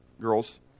girls